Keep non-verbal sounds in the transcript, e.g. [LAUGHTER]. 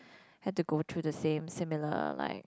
[BREATH] had to go through the same similar like